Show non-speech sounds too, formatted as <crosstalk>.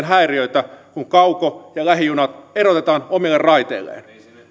<unintelligible> häiriöitä kun kauko ja lähijunat erotetaan omille raiteilleen